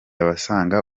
basanga